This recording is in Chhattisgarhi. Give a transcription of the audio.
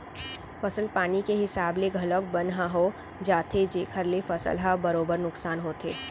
फसल पानी के हिसाब ले घलौक बन ह हो जाथे जेकर ले फसल ह बरोबर नुकसान होथे